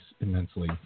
immensely